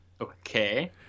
Okay